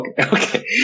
Okay